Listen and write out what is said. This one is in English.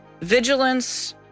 vigilance